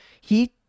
he-